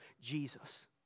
Jesus